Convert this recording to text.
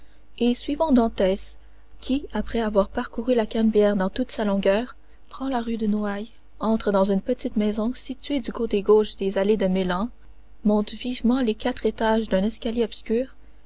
et suivons dantès qui après avoir parcouru la canebière dans toute sa longueur prend la rue de noailles entre dans une petite maison située du côté gauche des allées de meilhan monte vivement les quatre étages d'un escalier obscur